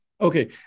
Okay